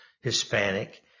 Hispanic